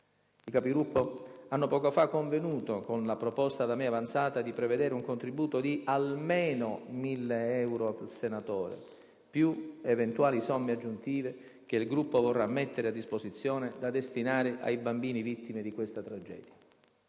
I Capigruppo hanno poco fa convenuto con la proposta da me avanzata di prevedere un contributo di almeno 1.000 euro a senatore, più eventuali somme aggiuntive che il Gruppo vorrà mettere a disposizione, da destinare ai bambini vittime di questa tragedia.